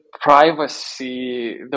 privacy